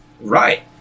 Right